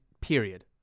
period